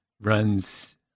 runs